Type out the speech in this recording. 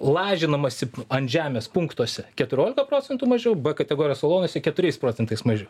lažinamasi ant žemės punktuose keturiolika procentų mažiau b kategorijos salonuose keturiais procentais mažiau